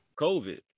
COVID